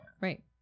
Right